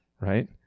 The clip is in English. Right